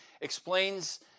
explains